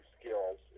skills